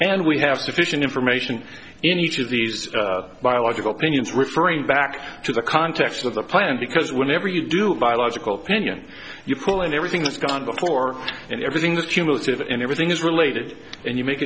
and we have sufficient information in each of these biological opinions referring back to the context of the plan because whenever you do via logical pinions you pull in everything that's gone before and everything the cumulative and everything is related and you make